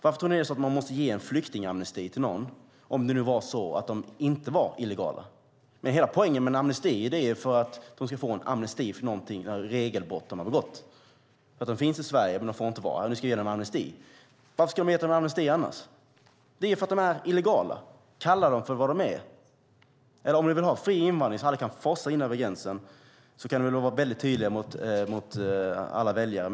Varför måste det ges flyktingamnesti om flyktingarna inte är illegala? Hela poängen med en amnesti är att ge dem amnesti på grund av begångna regelbrott. De finns i Sverige men de får inte vara här - vi ska ge dem amnesti. Varför skulle man ha gett dem amnesti annars? Det är för att de är illegala. Kalla dem för vad de är! Om ni vill ha fri invandring så att de kan forsa in över gränsen måste ni vara tydliga mot alla väljare.